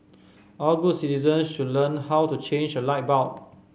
all good citizens should learn how to change a light bulb